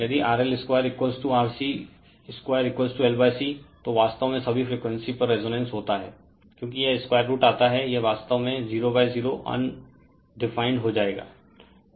यदि RL2RC2LC तो वास्तव में सभी फ्रीक्वेंसी पर रेजोनेंस होता है क्योंकि यह स्क्वायर रुट आता है यह वास्तव में 00 अनडिफाइंड हो जाएगा